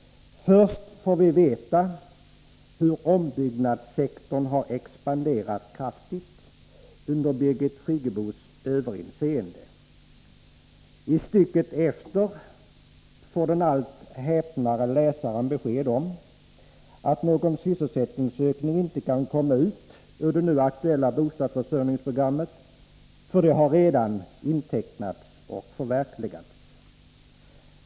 Först får vi veta hur ombyggnadssektorn har expanderat kraftigt under Birgit Friggebos överinseende. I stycket efter får den allt häpnare läsaren besked om att någon sysselsättningsökning inte kan åstadkommas med det nu aktuella bostadsförsörjningsprogrammet, eftersom den redan har intecknats och förverkligats.